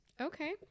okay